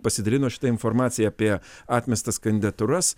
pasidalino šitą informaciją apie atmestas kandidatūras